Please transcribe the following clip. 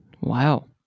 wow